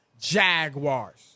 Jaguars